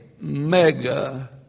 mega